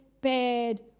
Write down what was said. bad